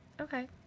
Okay